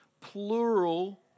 plural